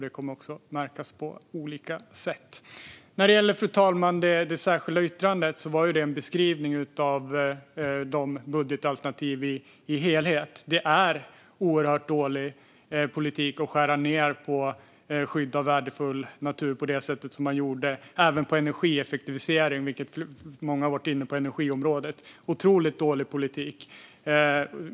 Det kommer också att märkas på olika sätt. Fru talman! När det gäller det särskilda yttrandet var det en beskrivning av budgetalternativen som helhet. Det är oerhört dålig politik att skära ned på skydd av värdefull natur på det sätt som man gjorde, och på energieffektivisering, vilket många har varit inne på i fråga om energiområdet. Det är en otroligt dålig politik.